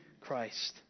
Christ